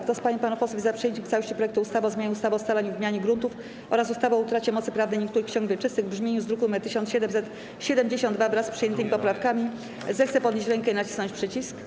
Kto z pań i panów posłów jest za przyjęciem w całości projektu ustawy o zmianie ustawy o scalaniu i wymianie gruntów oraz ustawy o utracie mocy prawnej niektórych ksiąg wieczystych, w brzmieniu z druku nr 1772, wraz z przyjętymi poprawkami, zechce podnieść rękę i nacisnąć przycisk.